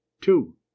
two